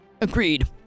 Agreed